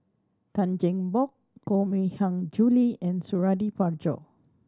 Tan Cheng Bock Koh Mui Hiang Julie and Suradi Parjo